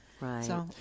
Right